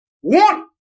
One